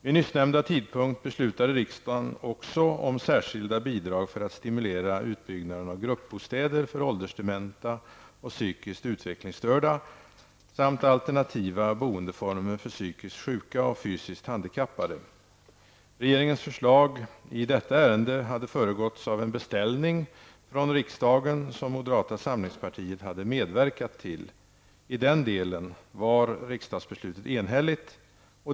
Vid nyssnämnda tidpunkt beslutade riksdagen också om särskilda bidrag för att stimulera utbyggnaden av gruppbostäder för åldersdementa och psykiskt utvecklingsstörda samt alternativa boendeformer för psykiskt sjuka och fysiskt handikappade. Regeringens förslag i detta ärende hade föregåtts av en beställning från riksdagen, som moderata samlingspartiet hade medverkat till. I den delen var riksdagsbeslutet enhälligt.